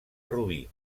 rubí